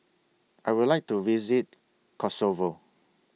I Would like to visit Kosovo